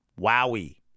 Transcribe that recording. Wowie